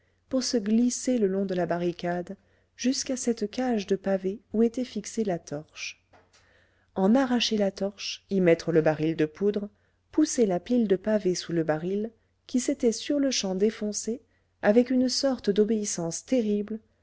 pour se glisser le long de la barricade jusqu'à cette cage de pavés où était fixée la torche en arracher la torche y mettre le baril de poudre pousser la pile de pavés sous le baril qui s'était sur-le-champ défoncé avec une sorte d'obéissance terrible